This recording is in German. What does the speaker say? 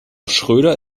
schröder